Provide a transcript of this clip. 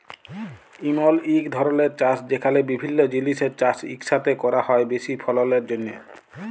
ইমল ইক ধরলের চাষ যেখালে বিভিল্য জিলিসের চাষ ইকসাথে ক্যরা হ্যয় বেশি ফললের জ্যনহে